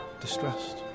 distressed